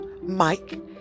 Mike